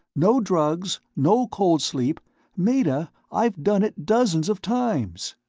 no drugs, no cold-sleep meta, i've done it dozens of times!